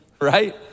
Right